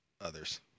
others